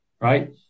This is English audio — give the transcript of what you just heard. right